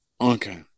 Okay